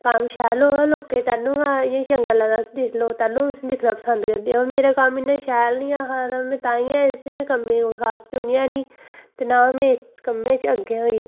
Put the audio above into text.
कम्म शैल होऐ लोकें तेल्लू गै इयां चंगा लगदा लोग तेल्लू गै उसी दिक्खना पसंद करदे होर मेरा कम्म इसां गै शैल नी हा ताइयें इसी में कम्मै कोई खास चुनेआ नी ते ना में इसी कम्मै च अग्गें होई